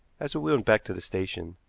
as we went back to the station,